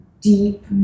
deep